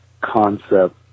concept